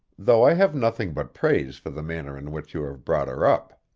though i have nothing but praise for the manner in which you have brought her up.